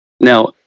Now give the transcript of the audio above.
Now